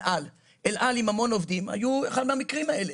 אל על עם המון עובדים היו אחד מהמקרים האלה.